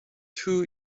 too